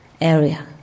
area